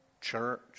church